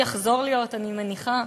הוא יחזור להיות, אני מניחה.